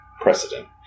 precedent